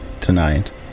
tonight